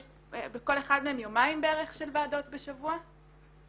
בכל אחד מהם יש יומיים בערך של ועדות בשבוע אז